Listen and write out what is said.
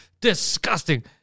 Disgusting